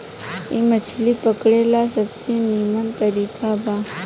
इ मछली पकड़े ला सबसे निमन तरीका बा